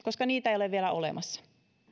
koska niitä ei ole vielä olemassa